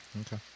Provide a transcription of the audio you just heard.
Okay